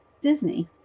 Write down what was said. Disney